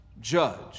judge